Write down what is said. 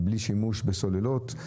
בלי שימוש בסוללות,